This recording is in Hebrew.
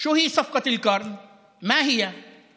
להלן תרגומם: